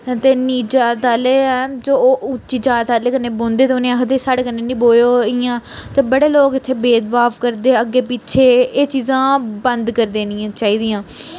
ते नीच जात आह्ले हैन ओह् उच्ची जात आह्लें कन्नै बौंह्दे ते उ'नें आखदे साढ़े कन्नै नेईं बौह्एयो इ'यां उत्थें बड़े लोक इत्थें भेदभाव करदे अग्गें पिच्छें एह् चीज़ां बन्द करी देनियां चाहिदियां